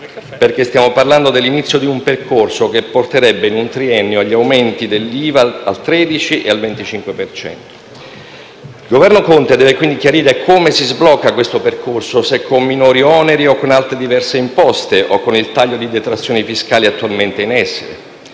perché stiamo parlando dell'inizio di un percorso che porterebbe in un triennio agli aumenti dell'IVA al 13 al 25 per cento. Il Governo Conte deve quindi chiarire come si sblocca questo percorso, se con minori oneri o con altre diverse imposte o con il taglio di detrazioni fiscali attualmente in essere